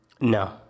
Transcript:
No